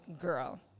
girl